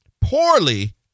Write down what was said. Poorly